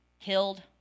killed